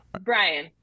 Brian